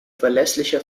verlässliche